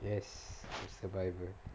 yes I'm survivor